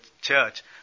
church